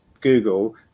google